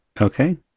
Okay